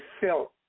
felt